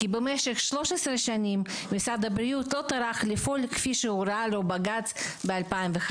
כי במשך 13 שנים משרד הבריאות לא טרח לפעול כפי שהורה לו בג׳׳ץ ב-2005.